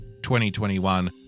2021